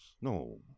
No